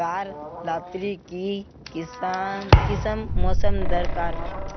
गार लात्तिर की किसम मौसम दरकार?